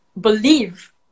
believe